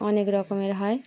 অনেক রকমের হয়